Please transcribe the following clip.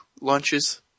launches